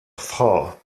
frau